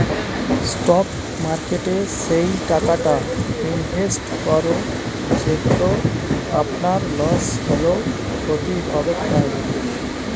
stock মার্কেটে সেই টাকাটা ইনভেস্ট করো যেটো আপনার লস হলেও ক্ষতি হবেক নাই